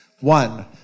One